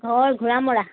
হয় ঘোৰা মৰা